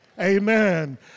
Amen